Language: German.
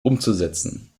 umzusetzen